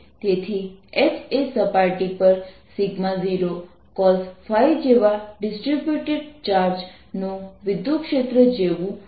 તેથી H એ સપાટી પર 0cos જેવા ડિસ્ટ્રિબ્યુટેડ ચાર્જ નું વિદ્યુતક્ષેત્ર જેવું બનશે